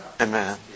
Amen